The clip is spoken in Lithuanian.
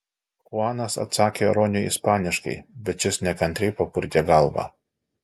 chuanas atsakė roniui ispaniškai bet šis nekantriai papurtė galvą